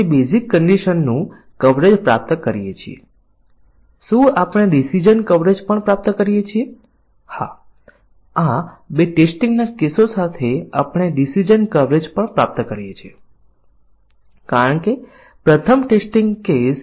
માની લો કે આપણે બ્લેક બોક્સનું સંપૂર્ણ પરીક્ષણ કર્યું છે શું આપણે એમ કહી શકીએ કે આપણે વ્હાઇટ બોક્સ પરીક્ષણ છોડીશું અથવા જો આપણે સંપૂર્ણ વ્હાઇટ બોક્સ પરીક્ષણ કર્યું છે તો શું આપણે કહી શકીએ કે બ્લેક બોક્સ પરીક્ષણ છોડી શકાય છે